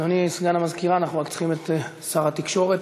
אדוני סגן המזכירה, אנחנו צריכים את שר התקשורת.